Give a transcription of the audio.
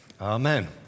Amen